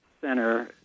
center